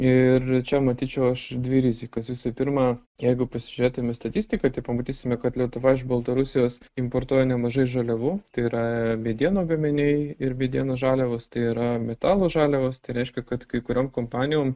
ir čia matyčiau aš dvi rizikas visų pirma jeigu pasižiūrėtume į statistiką pamatysime kad lietuva iš baltarusijos importuoja nemažai žaliavų tai yra medienos gaminiai ir medienos žaliavos tai yra metalo žaliavos tai reiškia kad kai kuriom kompanijom